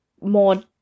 More